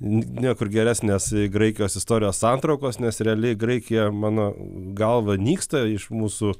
niekur geresnės graikijos istorijos santraukos nes realiai graikija mano galva nyksta iš mūsų